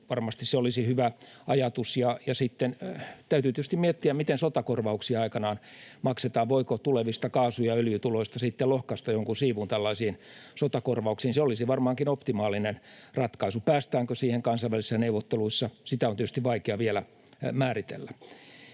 Varmasti se olisi hyvä ajatus, ja sitten täytyy tietysti miettiä, miten sotakorvauksia aikanaan maksetaan. Voiko tulevista kaasu- ja öljytuloista sitten lohkaista jonkun siivun tällaisiin sotakorvauksiin? Se olisi varmaankin optimaalinen ratkaisu. Sitä, päästäänkö siihen kansainvälisissä neuvotteluissa, on tietysti vaikea vielä määritellä.